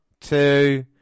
two